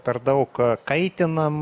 per daug kaitinam